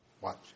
Watch